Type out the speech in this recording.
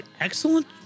Excellent